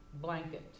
Blanket